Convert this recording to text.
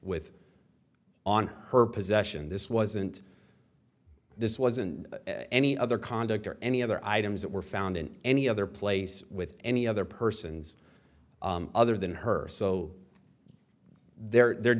with on her possession this wasn't this wasn't any other conduct or any other items that were found in any other place with any other persons other than her so there